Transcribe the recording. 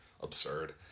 absurd